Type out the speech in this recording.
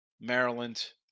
Maryland